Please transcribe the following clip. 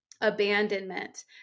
abandonment